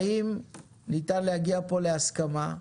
האם ניתן להגיע פה להסכמה,